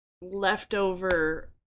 leftover